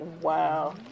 Wow